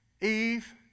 Eve